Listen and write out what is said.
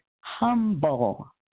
humble